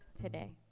today